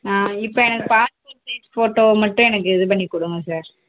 ஆ இப்போ எனக்கு passport size photo மட்டும் எனக்கு இது பண்ணிக் கொடுங்க சார்